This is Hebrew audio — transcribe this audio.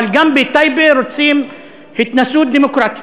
אבל גם בטייבה רוצים התנסות דמוקרטית.